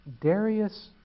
Darius